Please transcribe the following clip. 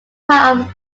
part